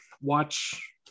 watch